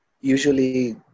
usually